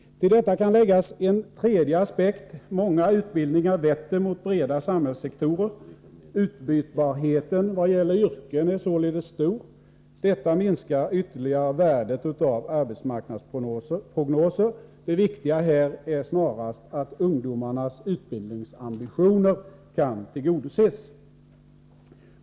Till detta kan läggas en tredje aspekt: Många utbildningar vetter mot breda samhällssektorer. Utbytbarheten vad gäller yrken är således stor. Detta minskar ytterligare värdet av arbetsmarknadsprognoser. Det viktiga här är snarast att ungdomarnas utbildningsambitioner kan tillgodoses.